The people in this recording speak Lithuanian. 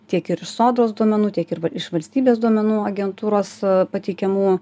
tiek ir iš sodros duomenų tiek ir v iš valstybės duomenų agentūros pateikiamų